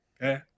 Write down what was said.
okay